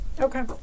Okay